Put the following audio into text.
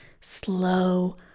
slow